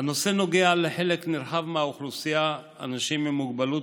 הנושא נוגע לחלק נרחב מהאוכלוסייה: אנשים עם מוגבלות